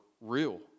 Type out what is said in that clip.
real